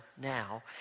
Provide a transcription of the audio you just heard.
now